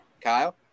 Kyle